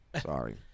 Sorry